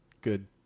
good